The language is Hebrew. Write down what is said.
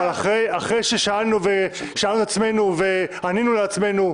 אבל אחרי ששאלנו את עצמנו וענינו לעצמנו,